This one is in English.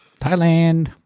Thailand